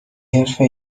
حرفه